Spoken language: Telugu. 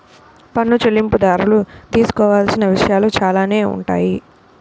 పన్ను చెల్లింపుదారులు తెలుసుకోవాల్సిన విషయాలు చాలానే ఉంటాయి